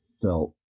felt